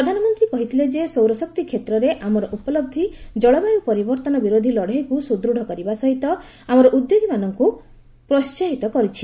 ପ୍ରଧାନମନ୍ତ୍ରୀ କହିଥିଲେ ଯେ ସୌରଶକ୍ତି କ୍ଷେତ୍ରରେ ଆମର ଉପଲହି କଳବାୟୁ ପରିବର୍ଭନ ବିରୋଧୀ ଲଢ଼େଇକୁ ସୁଦୃଢ଼ କରିବା ସହିତ ଆମର ଉଦ୍ୟମୀମାନଙ୍କୁ ପ୍ରୋସାହିତ କରିଛି